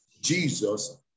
Jesus